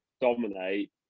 dominate